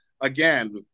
again